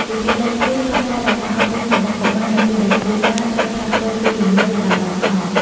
វិវាទដីធ្លីប៉ះពាល់ដល់ការអប់រំរបស់កុមារ នៅពេលដែលគ្រួសារត្រូវផ្លាស់ប្តូរទីលំនៅដោយបង្ខំ។